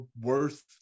worth